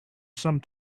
some